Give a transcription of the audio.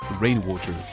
rainwater